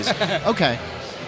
Okay